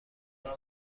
خوشی